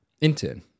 Intern